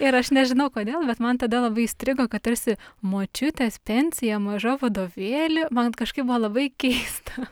ir aš nežinau kodėl bet man tada labai įstrigo kad tarsi močiutės pensija maža vadovėly man kažkaip buvo labai keista